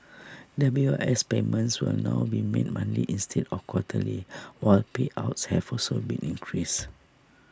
W I S payments will now be made monthly instead of quarterly while payouts have also been increased